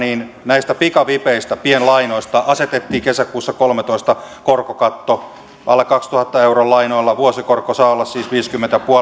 näille pikavipeille pienlainoille asetettiin kesäkuussa kolmetoista korkokatto alle kahdentuhannen euron lainoilla vuosikorko saa olla siis viisikymmentä pilkku viisi